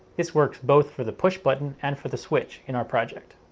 this works both for the push button and for the switch in our project.